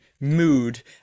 mood